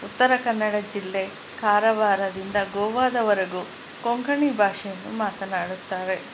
ಉತ್ತರ ಕನ್ನಡ ಜಿಲ್ಲೆ ಕಾರವಾರದಿಂದ ಗೋವಾದವರೆಗೂ ಕೊಂಕಣಿ ಭಾಷೆಯನ್ನು ಮಾತನಾಡುತ್ತಾರೆ